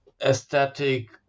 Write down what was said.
aesthetic